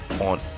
on